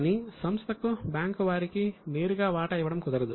కానీ సంస్థకు బ్యాంకు వారికి నేరుగా వాటా ఇవ్వడం కుదరదు